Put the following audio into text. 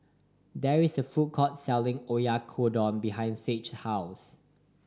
there is a food court selling Oyakodon behind Sage house